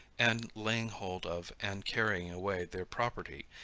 and laying hold of and carrying away their property,